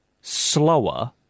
slower